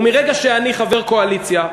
ומרגע שאני חבר קואליציה,